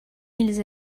ils